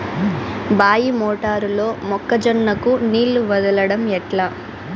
బాయి మోటారు లో మొక్క జొన్నకు నీళ్లు వదలడం ఎట్లా?